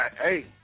Hey